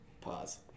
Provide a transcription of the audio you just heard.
pause